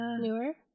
Newer